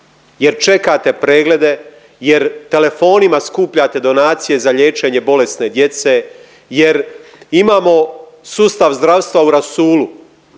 jer čekate preglede, jer telefonima skupljate donacije za liječenje bolesne djece, jer imamo sustav zdravstva u rasulu